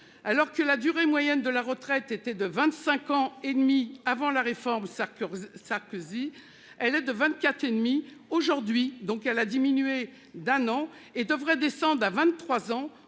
Alors que la durée moyenne de la retraite était de 25 ans et demi avant la réforme Sarkozy Sarkozy. Elle est de 24. Demie aujourd'hui donc elle a diminué d'un an et devrait descendent à 23 ans